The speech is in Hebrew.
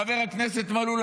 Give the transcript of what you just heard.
חבר הכנסת מלול,